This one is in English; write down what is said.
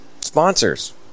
Sponsors